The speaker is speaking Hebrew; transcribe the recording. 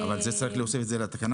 צריך להוסיף את זה לתקנה.